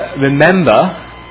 Remember